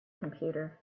computer